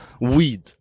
weed